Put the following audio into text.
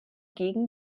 gegen